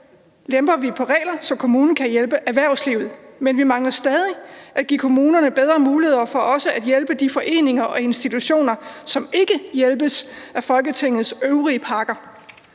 lemper vi på regler, så kommunerne kan hjælpe erhvervslivet, men vi mangler stadig at give kommunerne bedre muligheder for også at hjælpe de foreninger og institutioner, som ikke hjælpes af Folketingets øvrige pakker.